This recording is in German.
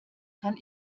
kann